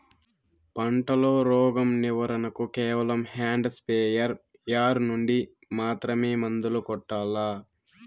పంట లో, రోగం నివారణ కు కేవలం హ్యాండ్ స్ప్రేయార్ యార్ నుండి మాత్రమే మందులు కొట్టల్లా?